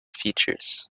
features